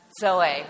Zoe